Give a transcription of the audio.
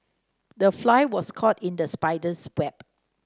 the fly was caught in the spider's web